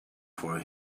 for